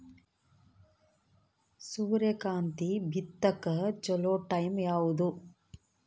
ಸೂರ್ಯಕಾಂತಿ ಬಿತ್ತಕ ಚೋಲೊ ಟೈಂ ಯಾವುದು?